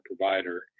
provider